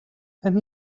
and